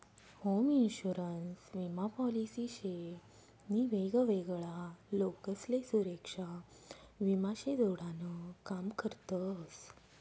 home insurance विमा policy शे नी वेगवेगळा लोकसले सुरेक्षा विमा शी जोडान काम करतस